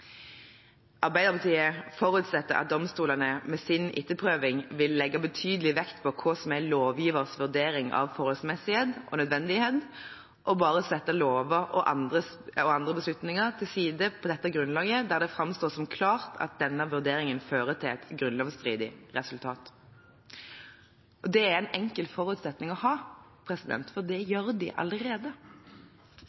Arbeiderpartiet forutsetter at domstolene med sin etterprøving vil legge betydelig vekt på hva som er lovgivers vurdering av forholdsmessighet og nødvendighet, og bare sette lover og andre beslutninger til side på dette grunnlaget, der det framstår som klart at denne vurderingen fører til et grunnlovsstridig resultat. Det er en enkel forutsetning å ha, for det